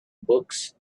books